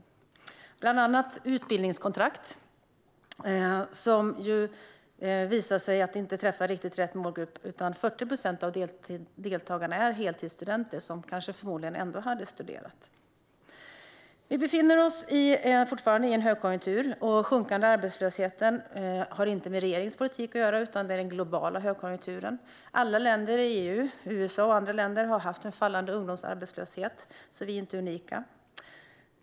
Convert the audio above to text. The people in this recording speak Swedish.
Det handlar bland annat om utbildningskontrakt, som har visat sig inte träffa riktigt rätt målgrupp. Av deltagarna är 40 procent heltidsstudenter som förmodligen ändå hade studerat. Vi befinner oss fortfarande i en högkonjunktur. Den sjunkande arbetslösheten har inte med regeringens politik att göra utan har att göra med den globala högkonjunkturen. Alla länder i EU - samt USA och andra länder - har haft en fallande ungdomsarbetslöshet, så vi är inte unika.